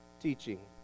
teaching